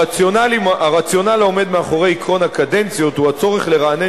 הרציונל העומד מאחורי עקרון הקדנציות הוא הצורך לרענן